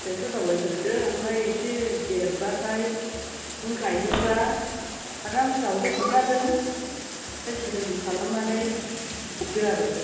फिथाइखौ जावैग्रोदो ओमफ्राय इसे देरबाथाय नों गायनोबा आराम जावदो खन्थाजों स्लिम खालामनानै फबदो आरो